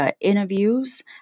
interviews